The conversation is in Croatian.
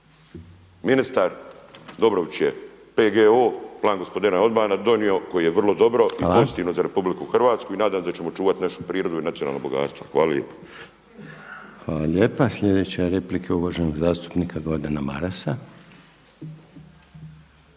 Ministar Dobrović je PGO, Plan gospodarenja otpada donio koji je vrlo dobro i pozitivno za Republiku Hrvatsku i nadam se da ćemo čuvat našu prirodu i nacionalna bogatstva. Hvala lijepa. **Reiner, Željko (HDZ)** Hvala lijepa. Sljedeća replika je uvaženog zastupnika Gordana Marasa.